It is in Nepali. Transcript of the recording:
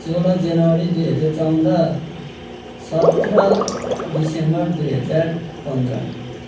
सोह्र जनवरी दुई हजार चौध सत्र दिसम्बर दुई हजार पन्ध्र